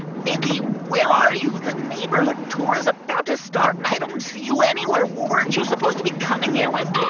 mindy, where are you? the neighborhood tour is about to start, and i don't see you anywhere. weren't you supposed to be coming here with.